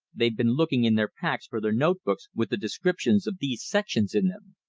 they've been looking in their packs for their note-books with the descriptions of these sections in them.